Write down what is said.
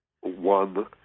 one